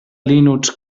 linux